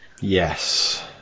Yes